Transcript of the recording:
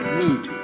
need